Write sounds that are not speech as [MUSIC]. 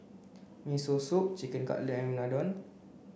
Miso Soup Chicken Cutlet and Unadon [NOISE]